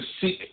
seek